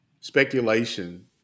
speculation